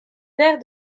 verre